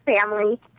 family